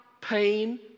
pain